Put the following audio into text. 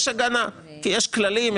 יש הגנה כי יש כללים,